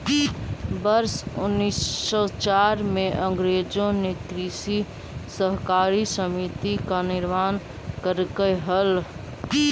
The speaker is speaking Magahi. वर्ष उनीस सौ चार में अंग्रेजों ने कृषि सहकारी समिति का निर्माण करकई हल